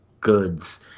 Goods